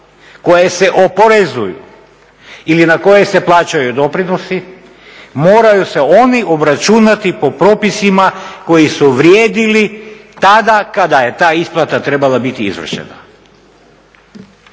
koja se oporezuju ili na koje se plaćaju doprinosi moraju se oni obračunati po propisima koji su vrijedili tada kada je ta isplata trebala biti izvršena.